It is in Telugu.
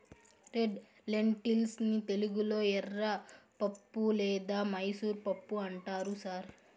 రెడ్ లెన్టిల్స్ ని తెలుగులో ఎర్రపప్పు లేదా మైసూర్ పప్పు అంటారు సార్